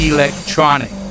Electronic